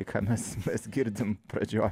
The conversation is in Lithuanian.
ai ką mes mes girdim pradžioj